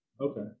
Okay